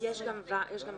יש גם ז',